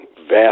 vast